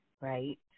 right